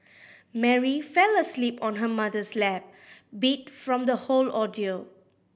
Mary fell asleep on her mother's lap beat from the whole ordeal